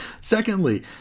Secondly